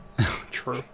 True